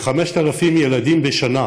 כ-5,000 ילדים בשנה